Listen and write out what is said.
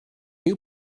new